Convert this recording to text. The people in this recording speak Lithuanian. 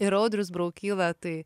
ir audrius braukyla tai